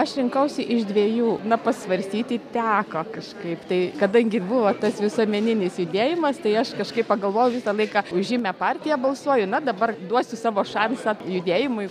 aš rinkausi iš dviejų na pasvarstyti teko kažkaip tai kadangi buvo tas visuomeninis judėjimas tai aš kažkaip pagalvojau visą laiką už žymią partiją balsuoju na dabar duosiu savo šansą judėjimui